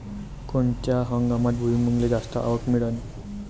कोनत्या हंगामात भुईमुंगाले जास्त आवक मिळन?